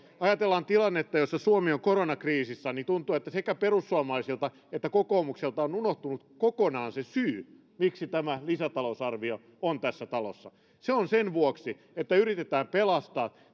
ajatellaan tilannetta jossa suomi on koronakriisissä niin tuntuu että sekä perussuomalaisilta että kokoomukselta on on unohtunut kokonaan se syy miksi tämä lisätalousarvio on tässä talossa se on sen vuoksi että yritetään pelastaa